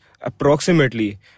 approximately